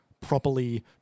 properly